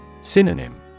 Synonym